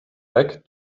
back